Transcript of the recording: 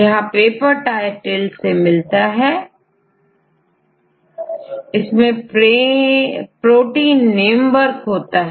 यहां paper title से मिलता है इसमें प्रोटीन नेम वर्क होता है